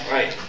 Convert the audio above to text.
Right